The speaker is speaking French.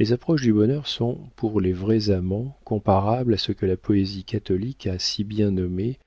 les approches du bonheur sont pour les vrais amants comparables à ce que la poésie catholique a si bien nommé